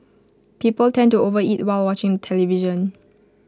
people tend to overeat while watching television